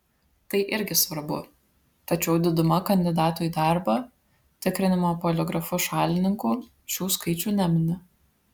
tai irgi svarbu tačiau diduma kandidatų į darbą tikrinimo poligrafu šalininkų šių skaičių nemini